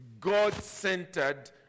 God-centered